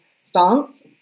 stance